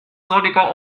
sonniger